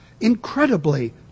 Incredibly